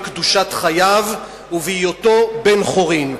בקדושת חייו ובהיותו בן-חורין,